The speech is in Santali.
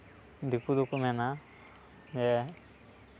ᱫᱤᱠᱩ ᱫᱚᱠᱚ ᱢᱮᱱᱟ ᱡᱮ